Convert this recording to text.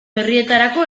berrietarako